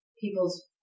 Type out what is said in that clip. people's